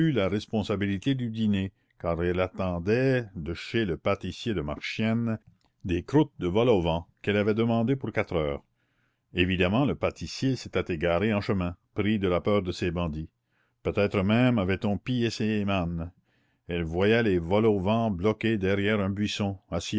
la responsabilité du dîner car elle attendait de chez le pâtissier de marchiennes des croûtes de vol au vent qu'elle avait demandées pour quatre heures évidemment le pâtissier s'était égaré en chemin pris de la peur de ces bandits peut-être même avait-on pillé ses mannes elle voyait les vol au vent bloqués derrière un buisson